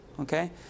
okay